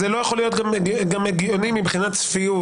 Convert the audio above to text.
זה לא יכול להיות גם הגיוני מבחינת צפיות.